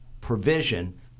provision